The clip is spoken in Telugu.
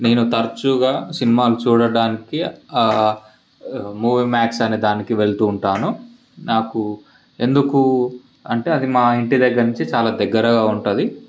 నేను తరచుగా సినిమాలు చూడడానికి మూవీ మాక్స్ అనే దానికి వెళ్తూ ఉంటాను నాకు ఎందుకు అంటే అది మా ఇంటి దగ్గర నుంచి చాలా దగ్గరగా ఉంటుంది